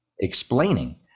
explaining